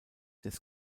des